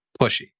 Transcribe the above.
pushy